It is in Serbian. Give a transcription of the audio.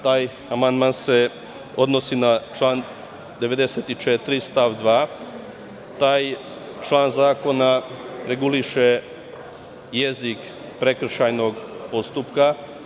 Taj amandman se odnosi na član 94. stav 2. Taj član zakona reguliše jezik prekršajnog postupka.